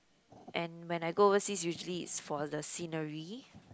and when I go overseas usually is for the scenery